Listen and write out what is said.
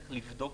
איך לבדוק.